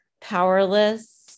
powerless